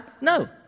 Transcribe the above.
No